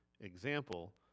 example